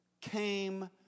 came